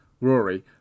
Rory